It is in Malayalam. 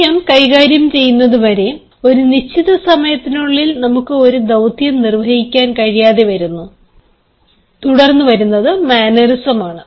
സമയം കൈകാര്യം ചെയ്യുന്നതുവരെ ഒരു നിശ്ചിത സമയത്തിനുള്ളിൽ നമുക്ക് ഒരു ദൌത്യം നിർവഹിക്കാൻ കഴിയാതെ വരുന്നു തുടർന്ന് മാനറിസം വരുന്നു